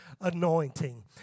anointing